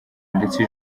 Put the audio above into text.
ndetse